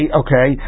okay